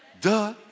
Duh